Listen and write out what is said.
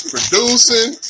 Producing